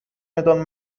medal